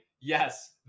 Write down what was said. Yes